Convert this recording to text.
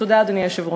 תודה, אדוני היושב-ראש.